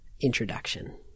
introduction